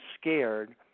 scared